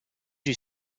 you